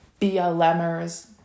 BLMers